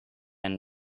and